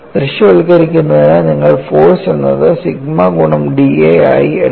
ദൃശ്യവൽക്കരിക്കുന്നതിന് നിങ്ങൾ ഫോഴ്സ് എന്നത് സിഗ്മ ഗുണം dA ആയി എടുക്കണം